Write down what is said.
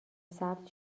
سبز